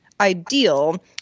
ideal